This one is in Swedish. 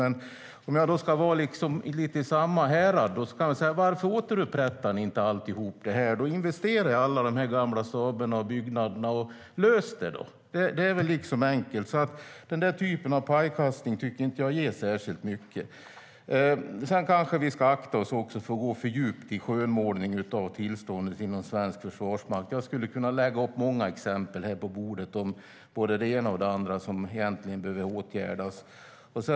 Men om jag ska vara i samma härad kan jag fråga: Varför återupprättar ni inte alltihop det här och investerar i alla gamla staber och byggnader? Lös det då! Det är enkelt. Den typen av pajkastning tycker jag inte ger så särskilt mycket. Sedan tycker jag att man ska akta sig för att gå för djupt in på skönmålning av tillståndet inom svensk försvarsmakt. Jag skulle kunna ta upp många exempel om både det ena och det andra som behöver åtgärdas.